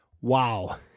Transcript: Wow